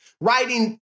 writing